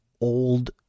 old